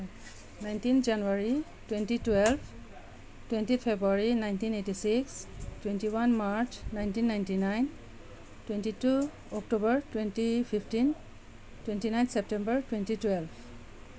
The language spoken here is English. nineteen January twenty twelve twenty February nineteen eighty six twenty one March nineteen ninety nine twenty two October twenty fifteen twenty nine September twenty twelve